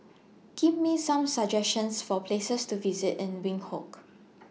Give Me Some suggestions For Places to visit in Windhoek